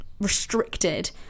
restricted